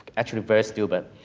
actually very stupid.